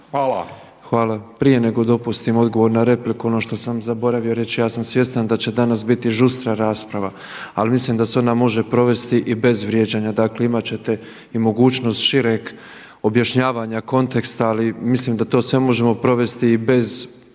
Hvala. Prije nego dopustim odgovor na repliku, ono što sam zaboravio reći, ja sam svjestan da će danas biti žustra rasprava ali mislim da se ona može provesti i bez vrijeđanja. Dakle imati ćete i mogućnost šireg obješnjavanja konteksta ali mislim da to sve možemo provesti i bez,